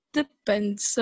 depends